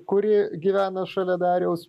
kuri gyvena šalia dariaus